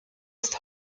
ist